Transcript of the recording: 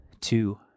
two